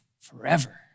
forever